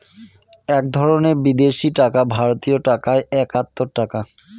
এক ধরনের বিদেশি টাকা ভারতীয় টাকায় একাত্তর টাকা